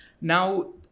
Now